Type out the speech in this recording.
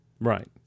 Right